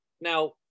Now